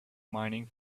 mining